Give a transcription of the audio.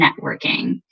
networking